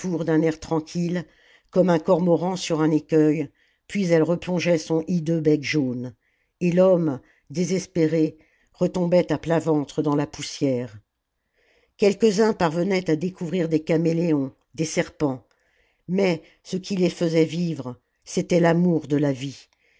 d'un air tranquille comme un cormoran sur un écueil puis elle replongeait son hideux bec jaune et l'homme désespéré retombait à plat ventre dans la poussière quelques-uns parvenaient à découvrir des caméléons des serpents mais ce qui les faisait vivre c'était l'amour de la vie